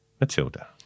Matilda